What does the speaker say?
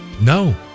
No